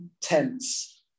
tense